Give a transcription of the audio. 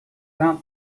that